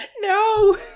no